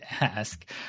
ask